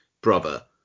brother